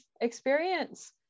experience